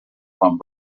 quan